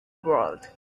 world